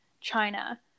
China